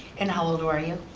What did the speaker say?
and how old were you?